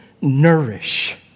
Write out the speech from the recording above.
nourish